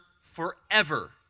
forever